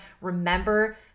Remember